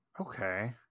Okay